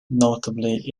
notably